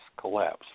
collapse